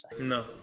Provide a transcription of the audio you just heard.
no